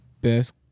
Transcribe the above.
Best